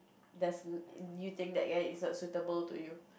does you think that guy is not suitable to you